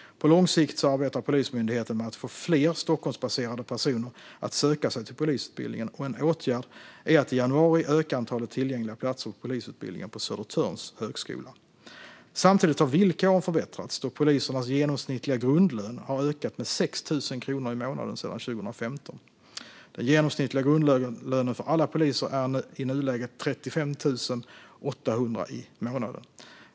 På lång sikt arbetar Polismyndigheten med att få fler Stockholmsbaserade personer att söka till polisutbildningen, och en åtgärd är att i januari öka antalet tillgängliga platser på polisutbildningen på Södertörns högskola. Samtidigt har villkoren förbättrats då polisernas genomsnittliga grundlön ökat med 6 000 kronor i månaden sedan 2015. Den genomsnittliga grundlönen för alla poliser är i nuläget 35 800 kronor i månaden.